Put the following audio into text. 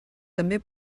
també